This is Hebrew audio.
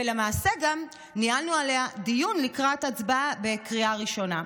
ולמעשה גם ניהלנו עליה דיון לקראת הצבעה בקריאה ראשונה.